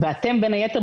ואתם בין היתר,